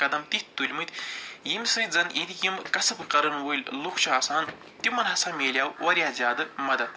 قدم تِتھۍ تُلۍمٕتۍ ییٚمہِ سۭتۍ زَنہٕ ییٚتِکۍ یِم کَسب کَرَن وٲلۍ لُکھ چھِ آسان تِمَن ہسا مِلیو واریاہ زیادٕ مدتھ